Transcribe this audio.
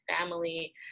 family